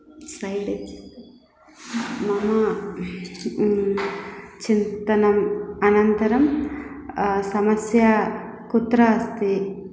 side इत्युक्ते मम चिन्तनम् अनन्तरं समस्या कुत्र अस्ति